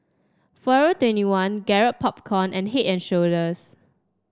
Forever twenty one Garrett Popcorn and Head And Shoulders